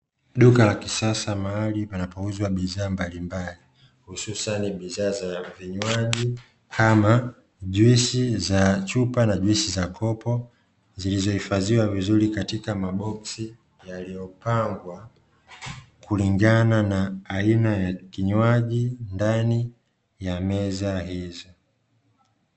Duka la kisasa mahali panapouzwa bidhaa mbalimbali hususani bidhaa za vinywaji kama juisi za chupa na juisi za kopo, zilizohifadhiwa vizuri katika maboksi yaliyopangwa kulingana na aina ya kinywaji ndani ya meza hizi.